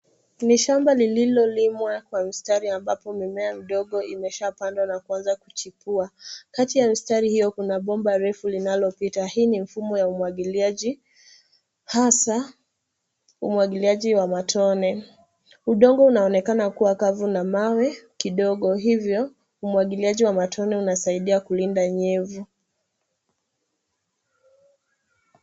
Ni shamba lilolimwa kwa mistari ambapo mimea midogo imeshapandwa na kuanza kuchipua. Kati ya mistari hiyo kuna bomba refu linalopita. Hii ni mfumo ya umwagiliaji hasa umwagiliaji wa matone. Udongo unaonekana kuwa kavu na mawe kidogo hivyo umwagiliaji wa matone unasaidia kulinda nyevu